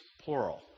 plural